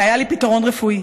והיה לי פתרון רפואי.